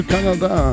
Canada